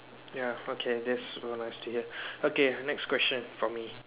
ya okay that's very nice to hear okay next question from me